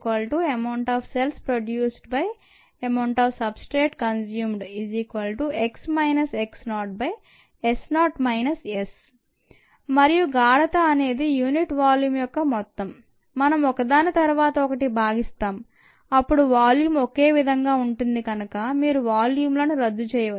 YxSamountofcellsproducedamountofsubstrateconsumedx x0S0 S మరియు గాఢత అనేది యూనిట్ వాల్యూం యొక్క మొత్తం మనం ఒకదాని తర్వాత ఒకటి భాగిస్తాం అప్పు డు వాల్యూం ఒకేవిధంగా ఉంటుంది కనుక మీరు వాల్యూంలను రద్దు చేయవచ్చు